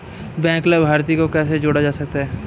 Bank लाभार्थी को कैसे जोड़ा जा सकता है?